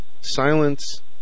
silence